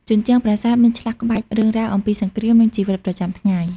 ជញ្ជាំងប្រាសាទមានឆ្លាក់ក្បាច់រឿងរ៉ាវអំពីសង្គ្រាម និងជីវិតប្រចាំថ្ងៃ។